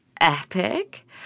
epic